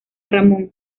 ramón